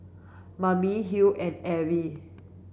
Mame Huy and Abb